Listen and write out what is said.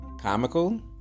comical